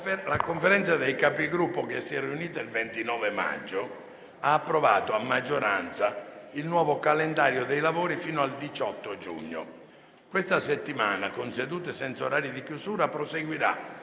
La Conferenza dei Capigruppo, che si è riunita il 29 maggio, ha approvato a maggioranza il nuovo calendario dei lavori fino al 18 giugno. Questa settimana, con sedute senza orario di chiusura, proseguirà